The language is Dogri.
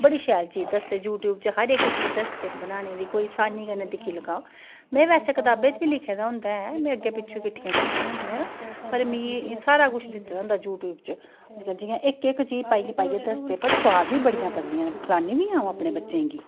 बड़ी शैल चीज दसदे हर चीज दसदे यूटयूब पर बनाने दी हर कोई आसानी कन्नै पर वैसे किताबें च बी लिखे दा होंदा ऐ ते में अग्गूं पि च्छुआं किट्ठियां कती दी होंदियां पर मिगी यूटयूब पर सारा किश दित्ते दा होंदा इक इक चीज पाईयै दसदे पर स्वाद बी बड़ी बनदी ऐ ते खिलानी बी ऐ आऊं अपने बच्चें गी